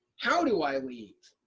how do i leave?